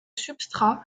substrat